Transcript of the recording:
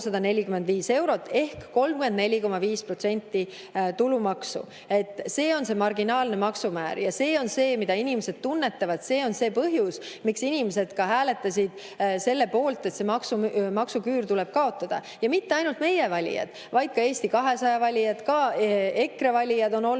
ehk 34,5% tulumaksu. See on see marginaalne maksumäär ja see on see, mida inimesed tunnetavad. See on põhjus, miks inimesed ka hääletasid selle poolt, et maksuküür tuleb kaotada. Mitte ainult meie valijad, vaid ka Eesti 200 valijad ja EKRE valijad on olnud